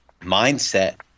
mindset